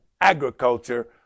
agriculture